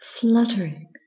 fluttering